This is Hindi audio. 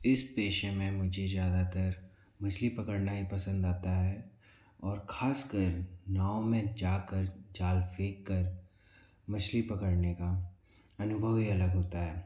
इस पेशे में मुझे ज़्यादातर मछली पकड़ना ही पसंद आता है और खास कर नाव में जा कर जाल फेंक कर मछली पकड़ने का अनुभव ही अलग होता है